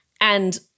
And-